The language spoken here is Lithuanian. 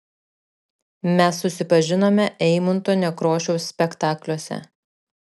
mes susipažinome eimunto nekrošiaus spektakliuose